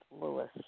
Lewis